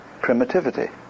primitivity